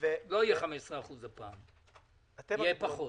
לא יהיה 15% הפעם, יהיה פחות.